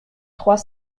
trois